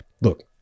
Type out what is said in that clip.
look